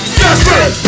desperate